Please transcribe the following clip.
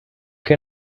qué